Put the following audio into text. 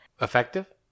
Effective